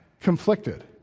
conflicted